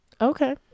Okay